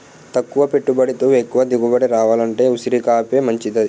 తక్కువ పెట్టుబడితో ఎక్కువ దిగుబడి రావాలంటే ఉసిరికాపే మంచిదిరా